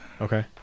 Okay